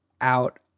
out